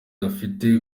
afite